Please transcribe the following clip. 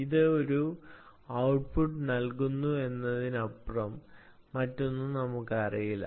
ഇത് ഒരു നല്ല ഔട്ട്പുട്ട് നൽകുന്നു എന്നതിനപ്പുറം മറ്റൊന്നും നമ്മൾക്ക് അറിയില്ല